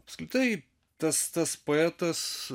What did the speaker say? apskritai tas tas poetas